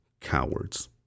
cowards